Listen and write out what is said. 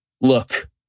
Look